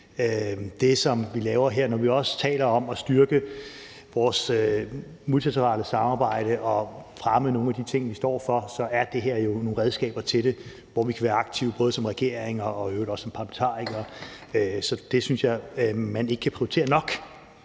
Når vi også taler om at styrke vores multilaterale samarbejde og fremme nogle af de ting, vi står for, så er de her organisationer jo nogle redskaber til, at vi kan være aktive både som regering og i øvrigt også som parlamentarikere. Så det synes jeg ikke at man kan prioritere nok.